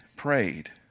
Prayed